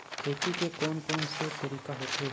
खेती के कोन कोन से तरीका होथे?